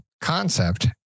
concept